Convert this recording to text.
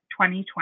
2020